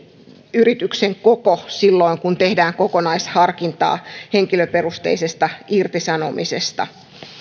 yrityksen koko silloin kun tehdään kokonaisharkintaa henkilöperusteisesta irtisanomisesta